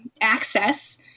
access